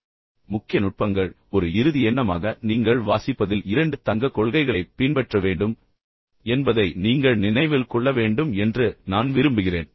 எனவே இப்போது முக்கிய நுட்பங்கள் ஒரு இறுதி எண்ணமாக நீங்கள் வாசிப்பதில் இரண்டு தங்கக் கொள்கைகளைப் பின்பற்ற வேண்டும் என்பதை நீங்கள் நினைவில் கொள்ள வேண்டும் என்று நான் விரும்புகிறேன்